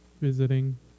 visiting